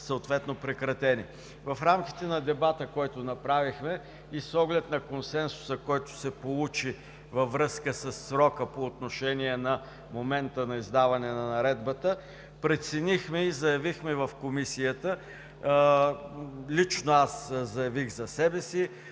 В рамките на дебата, който направихме, и с оглед на консенсуса, който се получи във връзка със срока по отношение на момента на издаване на наредбата, преценихме и заявихме в Комисията – лично аз заявих за себе си,